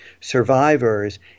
survivors